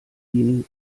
ihnen